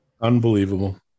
Unbelievable